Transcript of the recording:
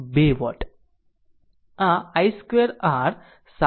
2 watt આ i square r 7